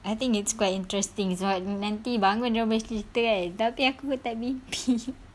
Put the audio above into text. I think it's quite interesting sebab nanti bangun dorang boleh cerita kan tapi aku tak mimpi